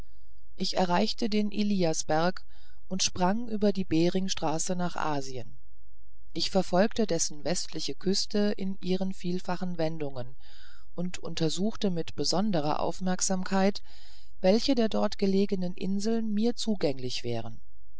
ich erreichte den eliasberg und sprang über die beringstraße nach asien ich verfolgte dessen westliche küsten in ihren vielfachen wendungen und untersuchte mit besonderer aufmerksamkeit welche der dort gelegenen inseln mir zugänglich wären